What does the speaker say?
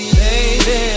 baby